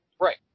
right